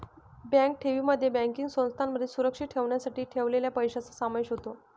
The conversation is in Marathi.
बँक ठेवींमध्ये बँकिंग संस्थांमध्ये सुरक्षित ठेवण्यासाठी ठेवलेल्या पैशांचा समावेश होतो